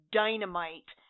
dynamite